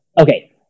okay